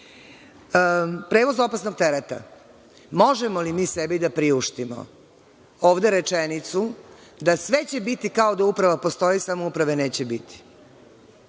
reši. Prevoz opasnog tereta. Možemo li mi sebi da priuštimo ovde rečenicu da sve će biti kao da uprava postoji, samo uprave neće biti.